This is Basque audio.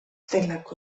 delako